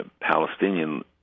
Palestinian